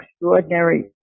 extraordinary